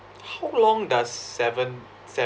how long does seven seven